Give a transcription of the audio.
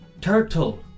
Turtle